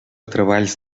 treballs